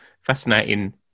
fascinating